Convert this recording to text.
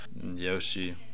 yoshi